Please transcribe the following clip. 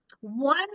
one